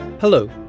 Hello